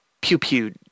pew-pew